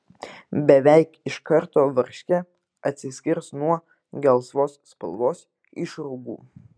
beveik iš karto varškė atsiskirs nuo gelsvos spalvos išrūgų